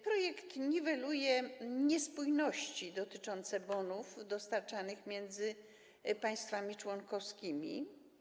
Projekt niweluje niespójności dotyczące bonów dostarczanych, przekazywanych między państwami członkowskimi.